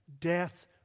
Death